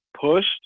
pushed